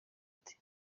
ati